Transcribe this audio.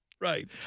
Right